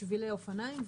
שבילי אופניים,